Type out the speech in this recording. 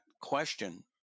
question